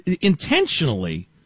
intentionally